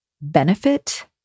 benefit